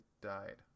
died